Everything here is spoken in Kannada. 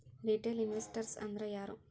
ರಿಟೇಲ್ ಇನ್ವೆಸ್ಟ್ ರ್ಸ್ ಅಂದ್ರಾ ಯಾರು?